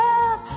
Love